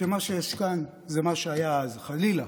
שמה שיש כאן זה מה שהיה אז, חלילה.